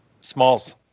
Smalls